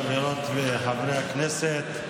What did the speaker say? חברות וחברי הכנסת,